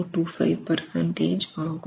025 ஆகும்